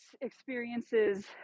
experiences